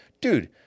dude—